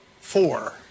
four